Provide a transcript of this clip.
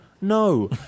no